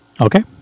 Okay